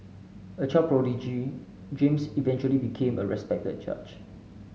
a child prodigy James eventually became a respected judge